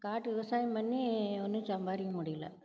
காட்டு விவசாயம் பண்ணி ஒன்றும் சம்பாதிக்க முடியல